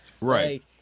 Right